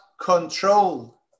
control